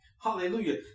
Hallelujah